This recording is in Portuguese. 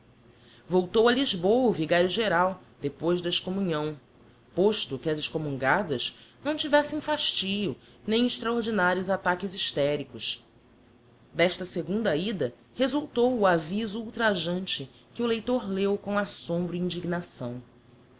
voltou a lisboa o vigario geral depois da excommunhão posto que as excommungadas não tivessem fastio nem extraordinarios ataques esthericos d'esta segunda ida resultou o aviso ultrajante que o leitor leu com assombro e indignação